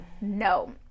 No